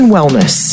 Wellness